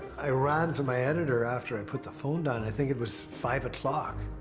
i ran to my editor after i put the phone down, i think it was five ah